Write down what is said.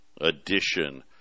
edition